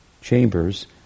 chambers